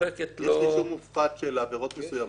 שמוחקת לו -- יש רישום מופחת של עבירות מסוימות.